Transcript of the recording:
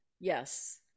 Yes